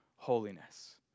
holiness